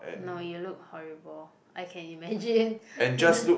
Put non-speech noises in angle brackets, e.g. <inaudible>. no you look horrible I can imagine <laughs>